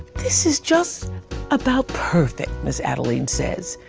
this is just about perfect, miz adeline says,